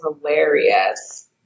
hilarious